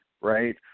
right